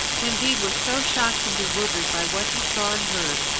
candide was so shocked and bewildered by what he saw and heard,